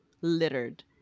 littered